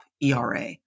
ERA